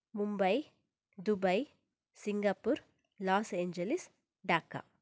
Mumbai Dubai Singapore Los Angeles Dhaka